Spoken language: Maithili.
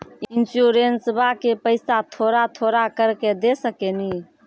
इंश्योरेंसबा के पैसा थोड़ा थोड़ा करके दे सकेनी?